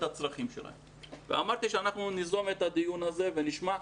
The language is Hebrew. הצרכים שלהם ואמרתי שאנחנו ניזום את הדיון הזה ונשמע,